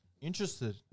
interested